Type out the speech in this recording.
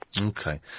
Okay